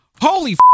holy